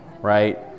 right